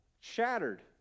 shattered